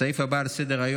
הסעיף הבא על סדר-היום,